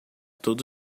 todo